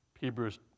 Hebrews